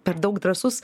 per daug drąsus